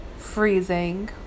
freezing